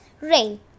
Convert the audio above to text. rain